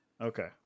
Okay